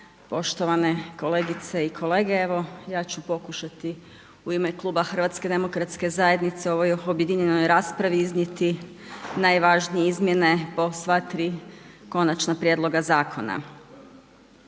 Poštovane kolegice i kolege, evo ja ću pokušati u ime Kluba HDZ-a u ovoj objedinjenoj raspravi iznijeti najvažnije izmjene po sva tri konačna prijedloga zakona.